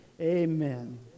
Amen